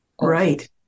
Right